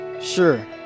Sure